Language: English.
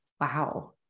Wow